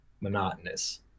monotonous